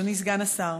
אדוני סגן השר,